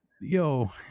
yo